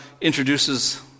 introduces